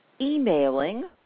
Emailing